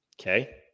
Okay